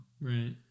right